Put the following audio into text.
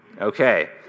okay